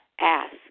ask